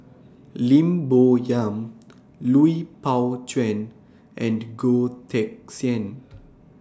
Lim Bo Yam Lui Pao Chuen and Goh Teck Sian